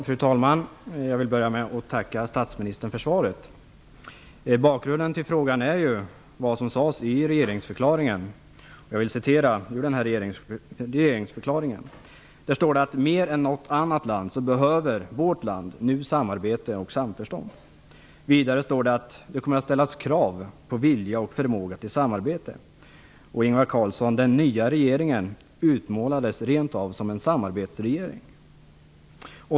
Fru talman! Jag vill börja med att tacka statsministern för svaret. Bakgrunden till frågan är vad som sades i regeringsförklaringen: "Mer än något annat behöver vårt land nu samarbete och samförstånd." Vidare sades det att det kommer att ställas krav på vilja och förmåga till samarbete. Den nya regeringen utmålades rent av som en samarbetsregering.